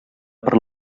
per